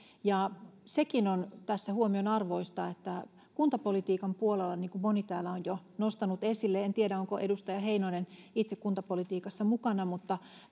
sekin on tässä huomionarvoista että kuntapolitiikan puolella niin kuin moni täällä on nostanut esille en tiedä onko edustaja heinonen itse kuntapolitiikassa mukana mutta